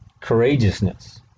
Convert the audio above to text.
Courageousness